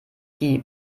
die